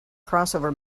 crossover